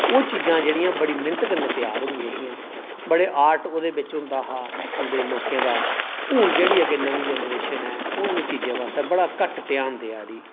ओह् चीजां जेह्ड़ियां बड़ी मैह्नत कन्नै त्यार होंदियां हियां बड़े आर्ट होंदा हा उ'नें लोकें दा हून अग्गें जेह्ड़ी जनरेशन ऐ ओह् इ'नें चीजें आस्तै घट्ट ध्यान देआ दी ऐ